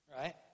right